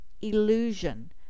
Illusion